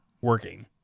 working